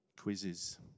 quizzes